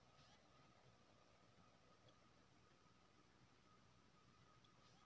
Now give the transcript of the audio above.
बौआ अहाँ बताउ कोन देशमे समाजवादी आर्थिक प्रणाली छै?